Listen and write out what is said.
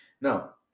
Now